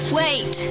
wait